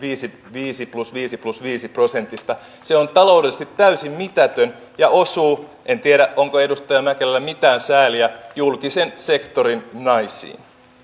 viisi plus viisi plus viisi prosenteista se on taloudellisesti täysin mitätön ja osuu en tiedä onko edustaja mäkelällä mitään sääliä julkisen sektorin naisiin